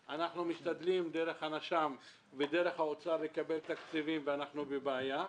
משתדלים דרך נציבות שירות המדינה ודרך האוצר לקבל תקציבים ואנחנו בבעיה.